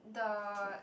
the